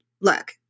look